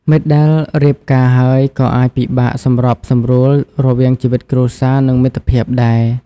មិត្តដែលរៀបការហើយក៏អាចពិបាកសម្របសម្រួលរវាងជីវិតគ្រួសារ និងមិត្តភាពដែរ។